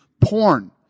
Porn